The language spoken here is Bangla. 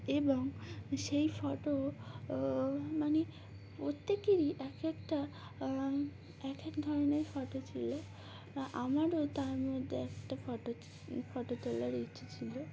এবং সেই ফটো মানে প্রত্যেকেরই এক একটা এক এক ধরনের ফটো ছিলো আমারও তার মধ্যে একটা ফটো ফটো তোলার ইচ্ছে ছিলো